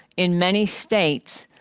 in many states,